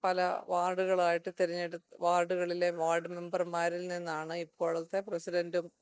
പല വാർഡുകളായിട്ട് തിരഞ്ഞെടു വാർഡുകളിലെ വാർഡ് മെംബർമാരിൽ നിന്നാണ് ഇപ്പോഴത്തെ പ്രസിഡൻറ്റും